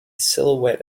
silhouette